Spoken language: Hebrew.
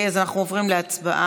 אז אנחנו עוברים להצבעה.